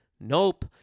Nope